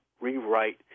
rewrite